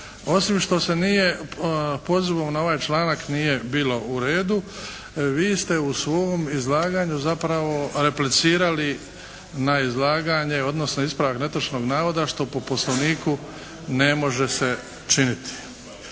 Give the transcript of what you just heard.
osim što se nije pozvao na ovaj članak nje bilo u redu vi ste u svom izlaganju zapravo replicirali na izlaganje odnosno ispravak netočnog navoda što po poslovniku ne može se činiti.